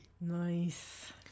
Nice